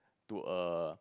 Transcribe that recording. to a